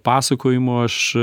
pasakojimų aš